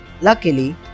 Luckily